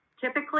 typically